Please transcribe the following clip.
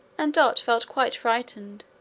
and dot felt quite frightened,